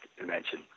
dimension